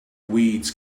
weeds